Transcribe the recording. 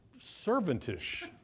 servantish